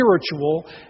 spiritual